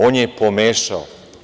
On je pomešao.